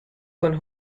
con